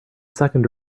second